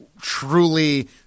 truly